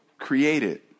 created